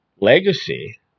legacy